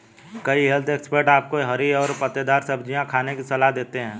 कई health expert आपको हरी और पत्तेदार सब्जियां खाने की सलाह देते हैं